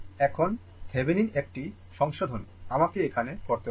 এখন Thevenin একটি সংশোধন আমাকে এখানে করতে হবে